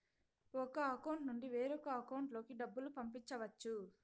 ఒక అకౌంట్ నుండి వేరొక అకౌంట్ లోకి డబ్బులు పంపించవచ్చు